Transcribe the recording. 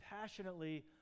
passionately